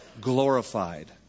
glorified